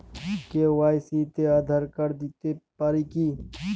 KYC তে Aadhaar card দিতে পারি কি?